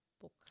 book